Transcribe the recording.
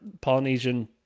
Polynesian